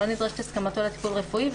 לא נדרשת הסכמתו לטיפול רפואי,